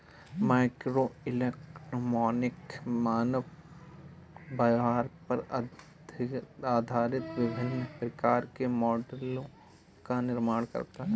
microeconomics मानव व्यवहार पर आधारित विभिन्न प्रकार के मॉडलों का निर्माण करता है